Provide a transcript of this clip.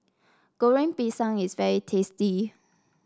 Goreng Pisang is very tasty